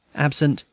absent,